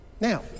Now